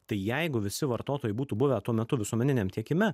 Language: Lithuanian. tai jeigu visi vartotojai būtų buvę tuo metu visuomeniniam tiekime